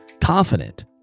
confident